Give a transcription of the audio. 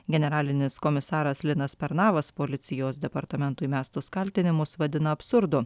generalinis komisaras linas pernavas policijos departamentui mestus kaltinimus vadina absurdu